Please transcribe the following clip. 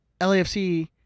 LAFC